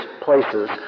places